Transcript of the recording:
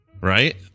Right